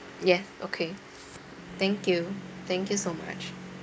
yes okay thank you thank you so much